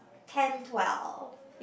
ten twelve